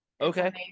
Okay